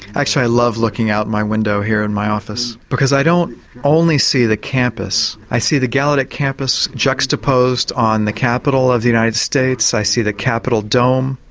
actually i love looking out my window here in my office, because i don't only see the campus. i see the gallaudet campus juxtaposed on the capitol of the united states. i see the capitol dome,